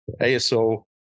Aso